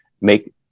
make